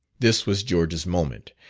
this was george's moment,